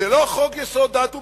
זה לא חוק-יסוד: דת ומדינה,